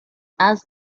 asked